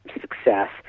success